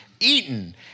Eaten